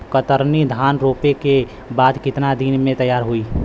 कतरनी धान रोपे के बाद कितना दिन में तैयार होई?